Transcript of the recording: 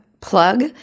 plug